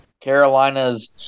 Carolina's